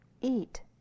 eat